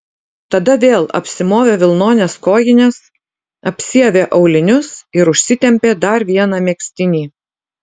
tada vėl apsimovė vilnones kojines apsiavė aulinius ir užsitempė dar vieną megztinį